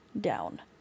down